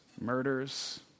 murders